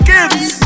Kids